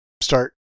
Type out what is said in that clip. start